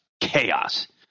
chaos